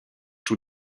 tous